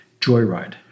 joyride